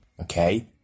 okay